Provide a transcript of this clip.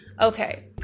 Okay